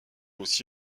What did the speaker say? aussi